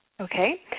Okay